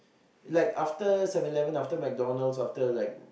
like after Seven Eleven after McDonalds after like